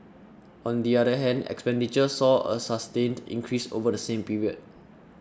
on the other hand expenditure saw a sustained increase over the same period